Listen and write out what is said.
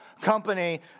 company